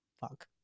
fuck